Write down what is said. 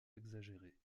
exagérés